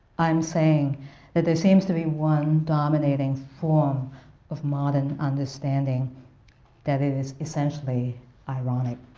i'm saying that there seems to be one dominating form of modern understanding that it is essentially ironic,